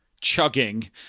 chugging